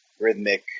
rhythmic